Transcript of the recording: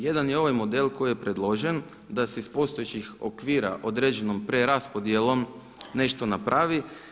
Jedan je ovaj model koji je predložen, da se iz postojećih okvira određenom preraspodjelom nešto napravi.